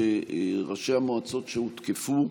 ראשי המועצות שהותקפו,